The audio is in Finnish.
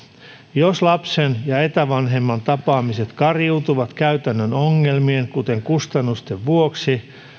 jos lapsen ja etävanhemman tapaamiset kariutuvat käytännön ongelmiin kuten kustannusten vuoksi